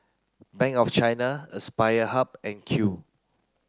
Bank of China Aspire Hub and Qoo